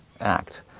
act